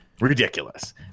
ridiculous